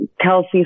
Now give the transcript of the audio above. Kelsey